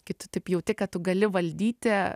kai tu taip jauti kad tu gali valdyti